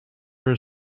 for